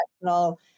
professional